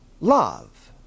love